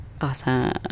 Awesome